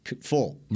Full